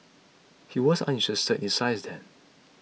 he was uninterested in science then